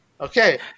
Okay